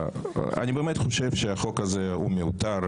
אני באמת חושב שהחוק הזה הוא מיותר,